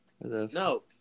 No